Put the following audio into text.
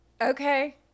Okay